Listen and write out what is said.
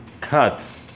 cut